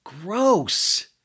Gross